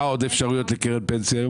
מה עוד האפשרויות לקרן פנסיה?